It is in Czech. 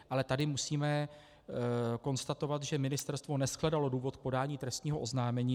Ale tady musíme konstatovat, že ministerstvo neshledalo důvod k podání trestního oznámení.